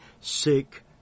sick